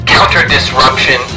Counter-disruption